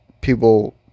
people